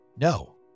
no